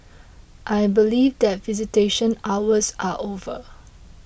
I believe that visitation hours are over